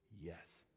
yes